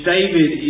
David